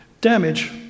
damage